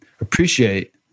appreciate